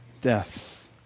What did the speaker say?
death